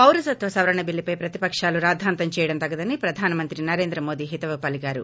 పారసత్వ సవరణ బిల్లుపై ప్రతిపశాలు రాద్గాంతం చేయడం తగదని ప్రధాన మంత్రి నరేంద్ర మోదీ హితవు పలికారు